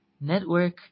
network